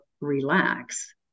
relax